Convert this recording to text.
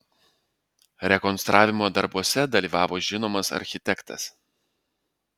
rekonstravimo darbuose dalyvavo žinomas architektas